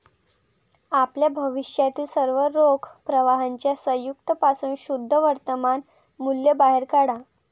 आपल्या भविष्यातील सर्व रोख प्रवाहांच्या संयुक्त पासून शुद्ध वर्तमान मूल्य बाहेर काढा